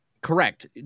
Correct